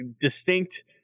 distinct